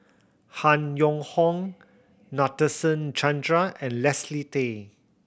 Han Yong Hong Nadasen Chandra and Leslie Tay